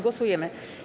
Głosujemy.